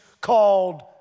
called